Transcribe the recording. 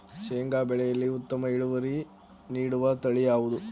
ಶೇಂಗಾ ಬೆಳೆಯಲ್ಲಿ ಉತ್ತಮ ಇಳುವರಿ ನೀಡುವ ತಳಿ ಯಾವುದು?